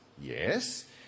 Yes